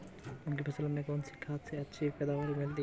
मूंग की फसल में कौनसी खाद से अच्छी पैदावार मिलती है?